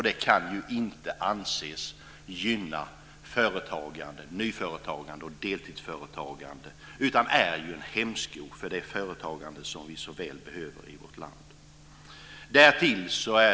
Det kan inte anses gynna nyföretagande och deltidsföretagande, utan det är en hämsko för det företagande som vi så väl behöver i vårt land.